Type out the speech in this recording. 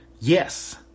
Yes